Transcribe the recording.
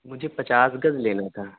مجھے پچاس گز لینا تھا